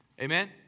amen